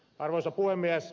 arvoisa puhemies